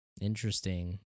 Interesting